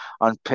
on